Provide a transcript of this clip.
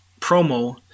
promo